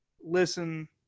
listen